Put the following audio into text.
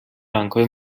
رنگهای